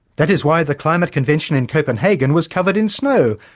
that is why the climate convention in copenhagen was covered in snow,